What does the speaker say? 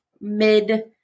mid